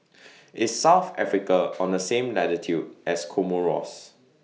IS South Africa on The same latitude as Comoros